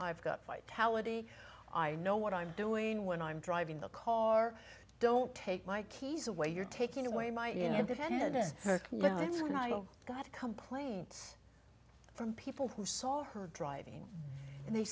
vitality i know what i'm doing when i'm driving the car don't take my keys away you're taking away my independence let's not go got complaints from people who saw her driving and they